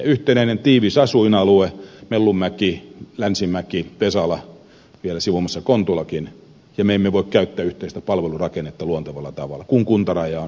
yhtenäinen tiivis asuinalue mellunmäki länsimäki vesala vielä sivummassa kontulakin ja me emme voi käyttää yhteistä palvelurakennetta luontevalla tavalla kun kuntaraja on siinä välissä